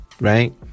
Right